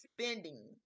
spending